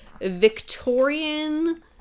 Victorian